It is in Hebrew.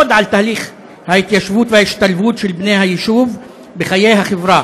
את תהליך ההתיישבות וההשתלבות של בני היישוב בחיי החברה